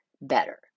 better